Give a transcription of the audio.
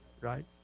right